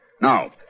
Now